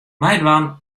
meidwaan